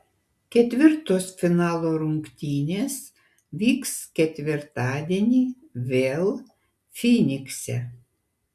ketvirtos finalo rungtynės vyks ketvirtadienį vėl fynikse